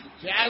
Jazz